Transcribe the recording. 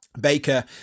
Baker